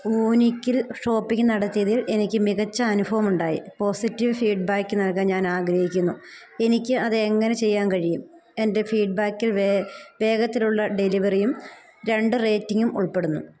വൂനിക്കില് shopping നടത്തിയതിൽ എനിക്ക് മികച്ച അനുഭവം ഉണ്ടായി പോസിറ്റീവ് ഫീഡ് ബാക്ക് നൽകാൻ ഞാൻ ആഗ്രഹിക്കുന്നു എനിക്ക് അത് എങ്ങനെ ചെയ്യാൻ കഴിയും എന്റെ ഫീഡ് ബാക്കിൽ വേ വേഗത്തിലുള്ള ഡെലിവറിയും രണ്ട് റേറ്റിങ്ങും ഉൾപ്പെടുന്നു